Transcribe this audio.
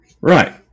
right